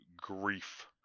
grief